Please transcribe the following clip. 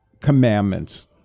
commandments